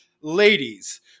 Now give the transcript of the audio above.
ladies